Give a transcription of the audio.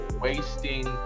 wasting